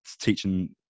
teaching